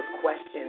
questions